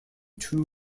two